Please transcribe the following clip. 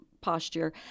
Posture